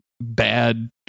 bad